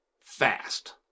fast